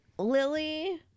Lily